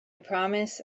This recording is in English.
promise